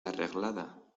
arreglada